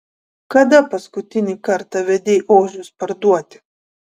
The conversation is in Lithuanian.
kada paskutinį kartą vedei ožius parduoti